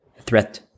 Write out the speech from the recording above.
threat